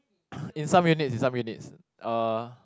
in some units in some units uh